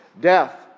death